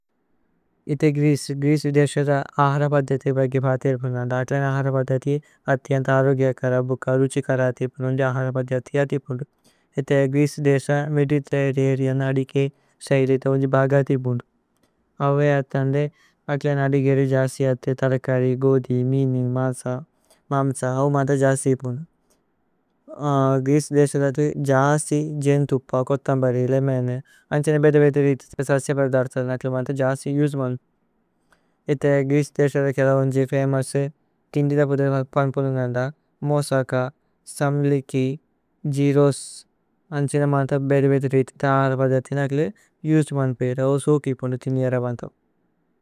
ഇഥേ ഗ്രീചേ, ഗ്രീചേ വിദേശ ദ ആഹര പദ്ധതി। ബഘി ഭാതിര് പുനന്ദ। അക്ലേന ആഹര പദ്ധതി। അതിയന്ത അരോഗ്യ കര ബുക ലുചി കര അതി പുനന്ദ। ആഹര പദ്ധതി അതി അതി പുനന്ദ ഇഥേ ഗ്രീചേ। വിദേശ മേദിതേര്രനേഅന് അദികേ ശൈലിത ഉന്ജി। ബഘ അതി പുനന്ദ അവേ അതന്ദേ അക്ലേന അദിഗേരേ। ജസ്തി അതി തര്കരി ഗോദി മീനേ മാസ മാമ്സ ഔ। മാദ ജസ്തി പുനന്ദ ഗ്രീചേ വിദേശ ദ ജസ്തി। ജേന്തുപ കോതമ്ബരി ലേമേനേ അന്ക്സേന ബേദേ വേദേ। രിതിത സസ്യ പദ്ധതി അതിന അക്ലേന അക്ലേന। ജസ്തി ജുജ്മന് ഇഥേ ഗ്രീചേ വിദേശ ദ കേല। ഉന്ജി ഫമോസേ തിന്ദിത പുദേ ബഘ പുനന്ദ മോസക। സമ്ലികി ജിരോസ് അന്ക്സേന ബേദേ വേദേ രിതിത ആഹര। പദ്ധതി അതിന അക്ലേന ജുജ്മന് പേര തിന്ജേര പുനന്ദ।